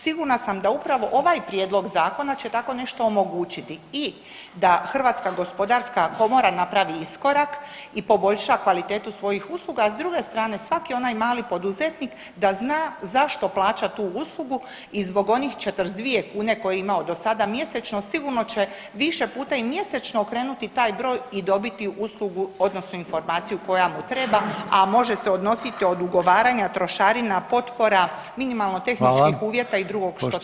Sigurna sam da upravo ovaj prijedlog zakona će tako nešto omogućiti i da Hrvatska gospodarska komora napravi iskorak i poboljša kvalitetu svojih usluga, a s druge strane svaki onaj mali poduzetnik da zna zašto plaća tu uslugu i zbog onih 42 kune koje je imao do sada mjesečno sigurno će više puta i mjesečno okrenuti taj broj i dobiti uslugu, odnosno informaciju koja mu treba, a može se odnositi od ugovaranja trošarina, potpora, minimalnih tehničkih uvjeta i drugo što treba ispunjavati.